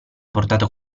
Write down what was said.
portato